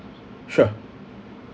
sure